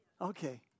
Okay